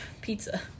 pizza